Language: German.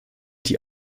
die